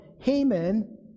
Haman